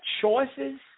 choices